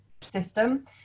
system